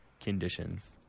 conditions